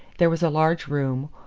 there was a large room,